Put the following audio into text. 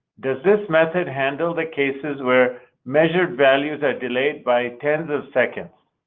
does this method handle the cases where measured values are delayed by tens of seconds?